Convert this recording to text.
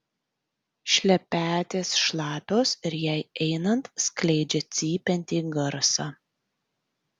šlepetės šlapios ir jai einant skleidžia cypiantį garsą